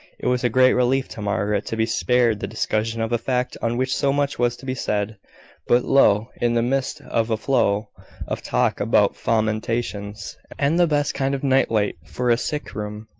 it was a great relief to margaret to be spared the discussion of a fact, on which so much was to be said but lo! in the midst of a flow of talk about fomentations, and the best kind of night-light for a sick room,